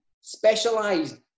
Specialized